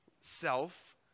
self